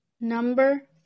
Number